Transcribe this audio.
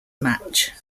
match